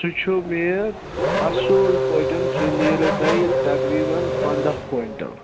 سُہ چھُ مےٚ اصۭل پٲٹھۍ سُہ نیریو تۄہہِ تقریبن پندَہ کۄینٹَل